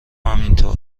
همینطور